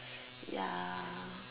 ya